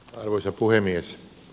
arvoisa puhemies